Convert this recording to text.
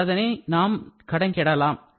என்பதை நாம் கணக்கிடலாம்